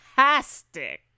fantastic